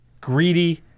greedy